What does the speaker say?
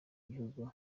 gihugu